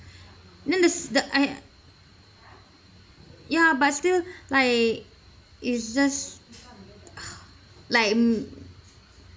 then the s~ the I ya but still like is just like